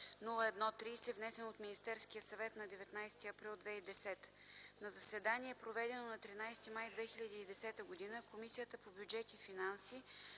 внесен от Министерския съвет на 19 април 2010 г. На заседание, проведено на 13 май 2010 г., Комисията по бюджет и финанси